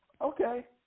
Okay